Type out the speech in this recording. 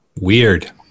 Weird